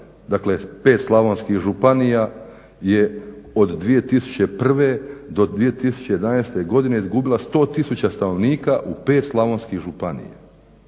dakle 5 slavonskih županija je od 2001. do 2011. izgubila 100000 stanovnika u 5 slavonskih županija.